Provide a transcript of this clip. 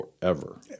forever